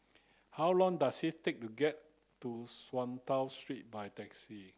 how long does it take to get to Swallow Street by taxi